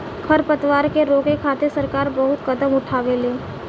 खर पतवार के रोके खातिर सरकार बहुत कदम उठावेले